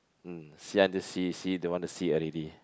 mm see until see see see don't want to see already